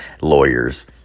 lawyers